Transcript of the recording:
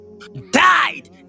died